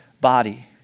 body